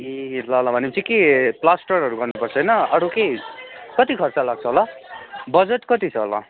ए L L भनेपछि के प्लास्टरहरू गर्नुपर्छ होइन अरू के कति खर्चा लाग्छ होला बजट कति छ होला